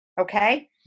Okay